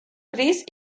gris